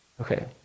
Okay